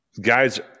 guys